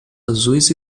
azuis